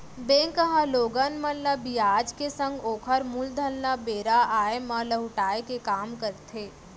bank ह लोगन मन ल बियाज के संग ओकर मूलधन ल बेरा आय म लहुटाय के काम करथे